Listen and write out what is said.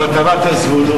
לא, אתה אמרת זבולון.